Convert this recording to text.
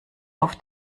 auf